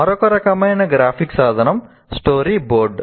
మరొక రకమైన గ్రాఫిక్ సాధనం స్టోరీబోర్డ్